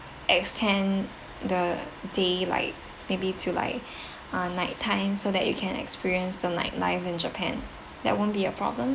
extend the day like maybe to like uh night time so that you can experience the night life in japan that won't be a problem